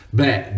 beh